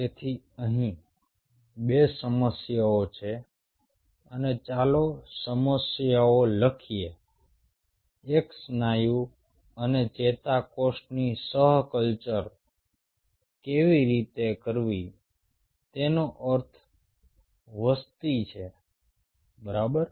તેથી અહીં બે સમસ્યાઓ છે અને ચાલો સમસ્યાઓ લખીએ એક સ્નાયુ અને ચેતાકોષની સહકલ્ચર કેવી રીતે કરવી તેનો અર્થ વસ્તી છે બરાબર છે